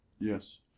Yes